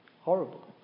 Horrible